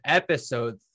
episode